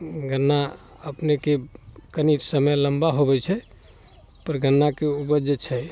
गन्ना अपनेँके कनिक समय लम्बा होबे छै पर गन्नाके उपज जे छै